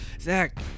zach